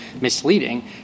misleading